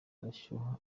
arashyuha